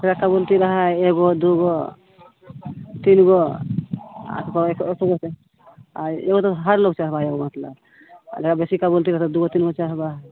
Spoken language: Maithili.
एगो दुगो तीनगो आ ओ तऽ हर लोग चढ़बै है मतलब आ जकरा बेसी दुगो तीनगो चढ़बऽ हइ